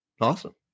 awesome